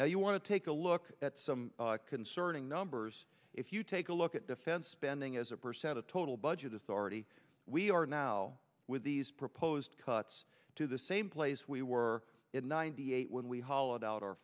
now you want to take a look at some concerning numbers if you take a look at defense spending as a percent of total budget already we are now with these proposed cuts to the same place we were in ninety eight when we hollowed out our